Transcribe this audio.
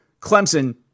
Clemson